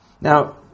Now